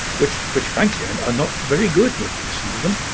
which which frankly and are not very good when you listen to them